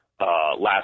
last